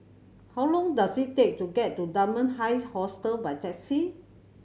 how long does it take to get to Dunman High Hostel by taxi